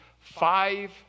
five